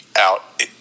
out